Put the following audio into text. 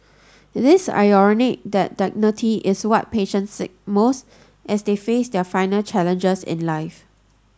it is ironic that dignity is what patients seek most as they face their final challenges in life